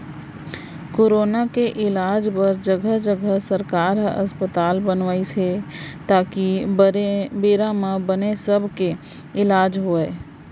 corona के इलाज बर जघा जघा सरकार ह अस्पताल बनवाइस हे ताकि बेरा म बने सब के इलाज होवय